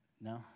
No